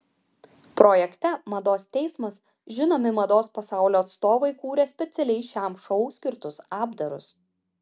projekte mados teismas žinomi mados pasaulio atstovai kūrė specialiai šiam šou skirtus apdarus